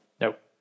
Nope